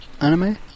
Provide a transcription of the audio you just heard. anime